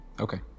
Okay